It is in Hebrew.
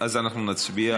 אז אנחנו נצביע.